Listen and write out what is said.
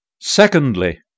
Secondly